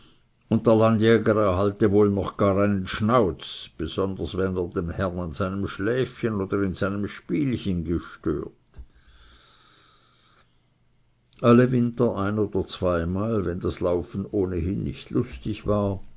erhalte wohl noch gar einen schnauz besonders wenn er den herrn an seinem schläfchen oder in seinem spielchen gestört alle winter einmal oder zweimal wenn das laufen ohnehin nicht lustig war